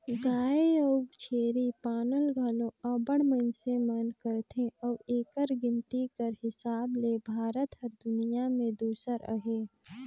गाय अउ छेरी पालन घलो अब्बड़ मइनसे मन करथे अउ एकर गिनती कर हिसाब ले भारत हर दुनियां में दूसर अहे